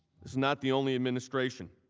is not the only administration.